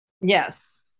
Yes